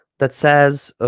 that says ah